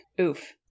oof